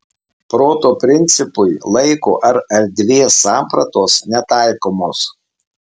proto principui laiko ar erdvės sampratos netaikomos